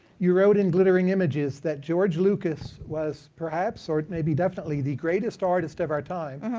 you wrote in glittering images that george lucas was perhaps, or maybe definitely, the greatest artist of our time.